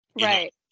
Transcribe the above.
Right